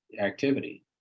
activity